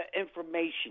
information